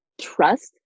trust